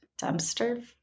dumpster